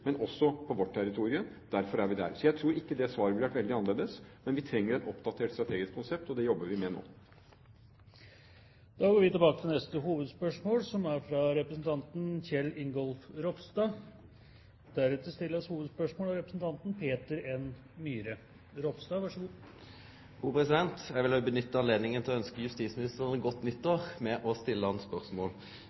men også på vårt territorium. Derfor er vi der. Så jeg tror ikke engasjementet ville vært veldig annerledes, men vi trenger et oppdatert strategisk konsept, og det jobber vi med nå. Vi går til neste hovedspørsmål.